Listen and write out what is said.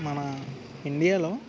మన ఇండియాలో